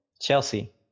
Chelsea